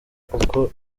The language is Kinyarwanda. kuko